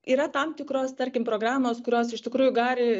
yra tam tikros tarkim programos kurios iš tikrųjų gali